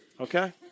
okay